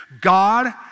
God